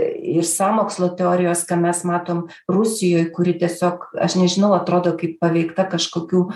ir sąmokslo teorijos ką mes matom rusijoj kuri tiesiog aš nežinau atrodo kaip paveikta kažkokių